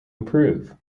improve